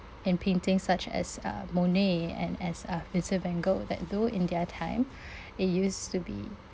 in paintings such as uh monet and as uh vincent van gogh that though in their time it used to be